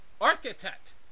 architect